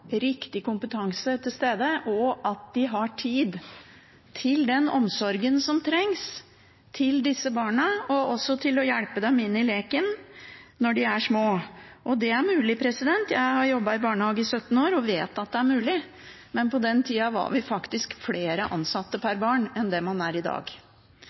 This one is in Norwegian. riktig kompetanse til stede, og at de har tid til den omsorgen som trengs til disse barna, og også til å hjelpe dem inn i leken når de er små. Det er mulig. Jeg har jobbet i barnehage i 17 år og vet at det er mulig, men på den tida var vi faktisk flere ansatte per barn enn man er i dag.